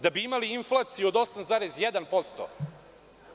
Da bi imali inflaciju od 8,1%